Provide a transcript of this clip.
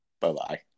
Bye-bye